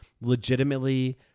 legitimately